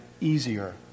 easier